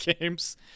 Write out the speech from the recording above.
games